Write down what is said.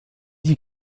dit